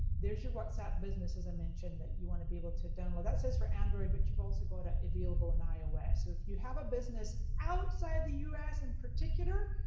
there's your whatsapp business as i mentioned that you wanna be able to download. that says for android, but you also go to, available in ios. so if you have a business, outside the us, in particular,